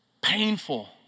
painful